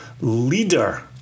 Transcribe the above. leader